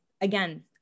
again